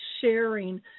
sharing